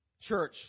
church